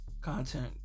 content